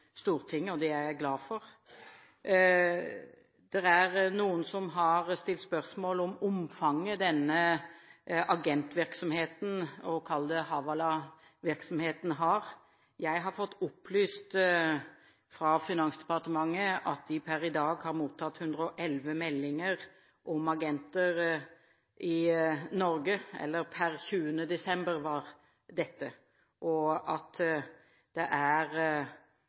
Det er jeg glad for. Det er noen som har stilt spørsmål ved omfanget av denne agentvirksomheten eller hawala-virksomheten. Jeg har fått opplyst fra Finansdepartementet at de per 20. desember har mottatt 111 meldinger om agenter i Norge, og at 67 søknader av disse gjelder hawala-virksomhet. Det er